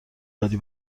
کاری